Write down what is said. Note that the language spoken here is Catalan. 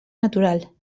natural